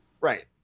right